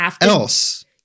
else